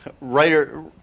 writer